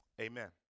Amen